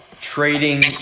Trading